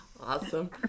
Awesome